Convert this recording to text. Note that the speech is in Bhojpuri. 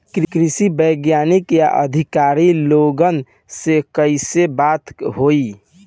कृषि वैज्ञानिक या अधिकारी लोगन से कैसे बात होई?